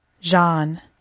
Jean